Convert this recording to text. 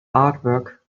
artwork